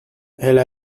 elle